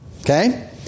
Okay